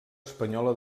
espanyola